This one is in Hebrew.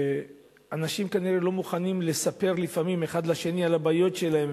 אנשים כנראה לא מוכנים לספר אחד לשני על הבעיות שלהם,